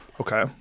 Okay